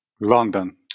London